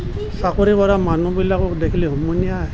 চাকৰি কৰা মানুহবিলাকক দেখিলে হুমুনিয়াহ